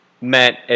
meant